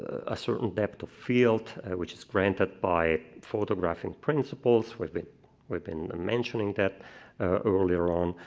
a certain depth of field which is granted by photographing principles. we've been we've been mentioning that earlier on.